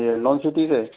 ये हिंडोन सिटी से